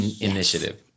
initiative